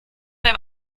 beim